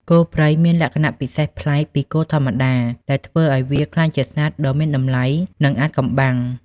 គោព្រៃមានលក្ខណៈពិសេសប្លែកពីគោធម្មតា ដែលធ្វើឱ្យវាក្លាយជាសត្វដ៏មានតម្លៃ និងអាថ៌កំបាំង។